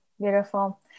Beautiful